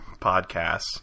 podcasts